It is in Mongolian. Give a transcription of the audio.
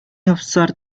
явсаар